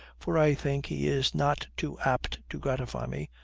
for i think he is not too apt to gratify me,